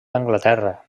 anglaterra